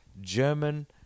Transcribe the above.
German